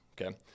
okay